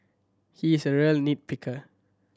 he is a real nit picker